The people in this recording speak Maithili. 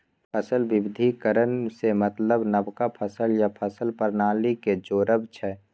फसल बिबिधीकरण सँ मतलब नबका फसल या फसल प्रणाली केँ जोरब छै